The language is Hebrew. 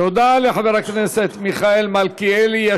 תודה לחבר הכנסת מיכאל מלכיאלי.